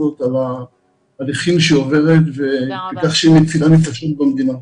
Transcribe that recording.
הזאת על ההליכים שהיא עוברת ועל כך שהיא מצילה נזקים במדינה.